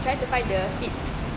trying to find the fit